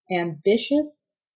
ambitious